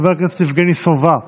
חבר הכנסת יבגני סובה,